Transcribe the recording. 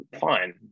fine